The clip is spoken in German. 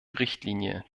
richtlinie